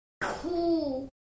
cool